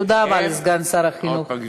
תודה רבה לסגן שר החינוך.